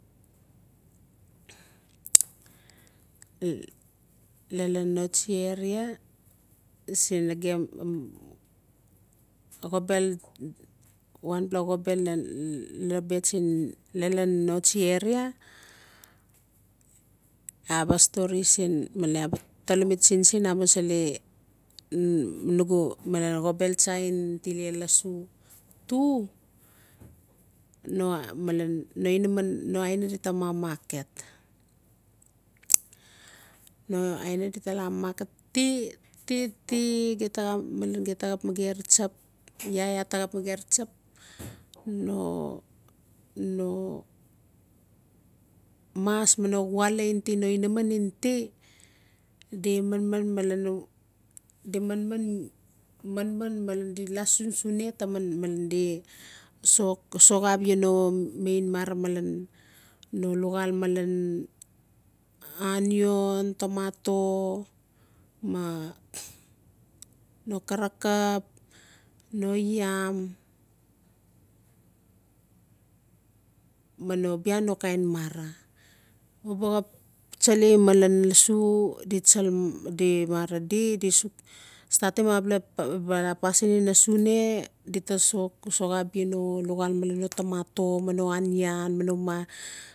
lalan naoasti area sin nagem xobbel wampla xobel lolobet lalan noasti area iaa ba stary sin male i ba tolomi tsin tsin amusili nugu malen xobel tsa gen tile lossu two no moalaen no inamen no aina di ta mamake t no aina di tala market tit-ti-ti gita maxere tsap iaa ta maxere tsap no mas mi no wala in ti no minaman in ti di manman malen di laa sunsune taman di soxa a bia no main mara malen no luxal malen anian tomato ma no xarakap no yam bia no kain mara u ba xap tsale malen lossu di tsal mara di-di sux statim a bel pasin ina sune di ta sox-soxa a bia no loxal malen no tomato ma no anian.